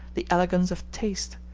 the elegance of taste,